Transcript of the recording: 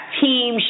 team